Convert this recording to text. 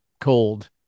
cold